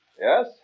Yes